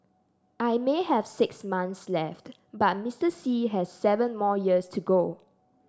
I may have six months left but Mr Xi has seven more years to go